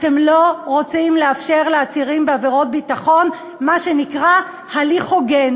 אתם לא רוצים לאפשר לעצירים בעבירות ביטחון מה שנקרא הליך הוגן,